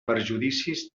perjudicis